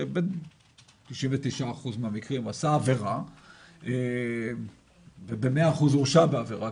שב- 99% מהמקרים הוא עשה עבירה וב-100% הוא הורשע בעבירה,